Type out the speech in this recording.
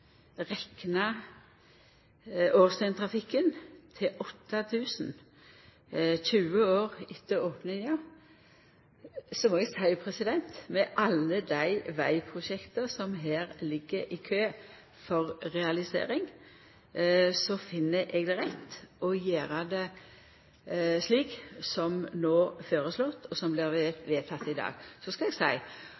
reknar årsdøgntrafikken til 8 000 kjøretøy 20 år etter opninga, må eg seia at med alle dei vegprosjekta som her ligg i kø for realisering, finn eg det rett å gjera det slik som det no er føreslått, og som blir